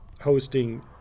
hosting